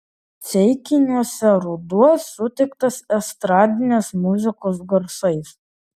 ceikiniuose ruduo sutiktas estradinės muzikos garsais